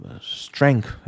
strength